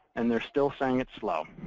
and they're still saying it's slow.